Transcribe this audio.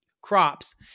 crops